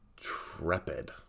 trepid